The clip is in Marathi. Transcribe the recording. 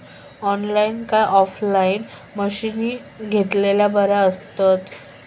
ऑनलाईन काय ऑफलाईन मशीनी घेतलेले बरे आसतात?